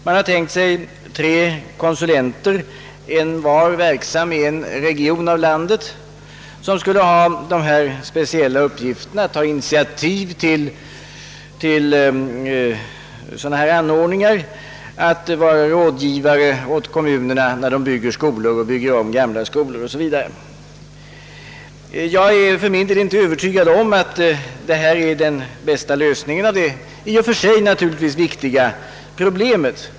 Man har tänkt sig tre konsulenter, envar verksam i en region av landet, som skulle ha de speciella uppgifterna att ta initiativ till sådana anordningar och att vara rådgivare till kommuner som bygger nya skolor eller bygger om gamla. Jag är för min del inte övertygad om att det är den bästa lösningen av detta naturligtvis i och för sig viktiga problem.